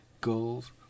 goals